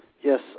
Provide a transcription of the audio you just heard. Yes